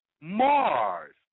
Mars